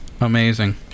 amazing